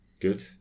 Good